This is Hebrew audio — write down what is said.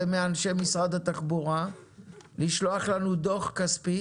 ומאנשי משרד התחבורה לשלוח לנו דוח כספי